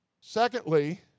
Secondly